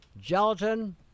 gelatin